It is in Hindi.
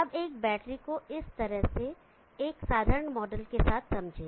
अब एक बैटरी को इस तरह के एक साधारण मॉडल के साथ समझे